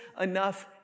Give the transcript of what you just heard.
enough